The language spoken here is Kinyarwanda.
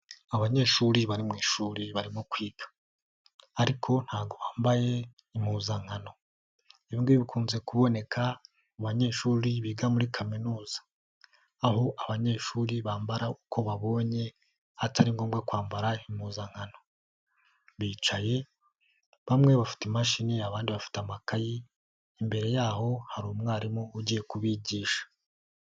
Abanyeshuri bari mu ishuri barimo kwiga ariko ntabwo bambaye impuzankano, ibi ngibi bikunze kuboneka mu banyeshuri biga muri kaminuza aho abanyeshuri bambara uko babonye atari ngombwa kwambara impuzankano, bicaye bamwe bafite imashini abandi bafite amakayi, imbere y'aho hari umwarimu ugiye kubigisha.